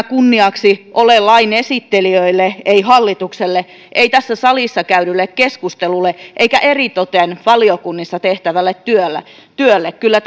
kunniaksi ole lain esittelijöille ei hallitukselle ei tässä salissa käydylle keskustelulle eikä eritoten valiokunnissa tehtävälle työlle työlle kyllä